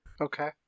Okay